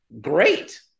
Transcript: Great